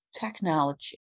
technology